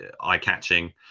eye-catching